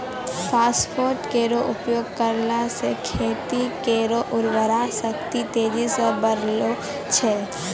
phosphate केरो उपयोग करला सें खेत केरो उर्वरा शक्ति तेजी सें बढ़ै छै